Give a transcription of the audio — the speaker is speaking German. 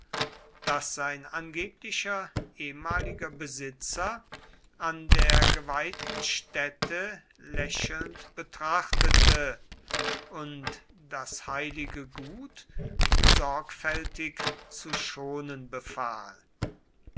das sein angeblicher ehemaliger besitzer an der geweihten stätte lächelnd betrachtete und das heilige gut sorgfältig zu schonen befahl